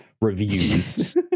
reviews